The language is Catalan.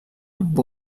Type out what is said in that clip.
amb